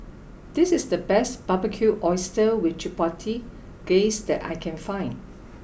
this is the best Barbecued Oysters with Chipotle Glaze that I can find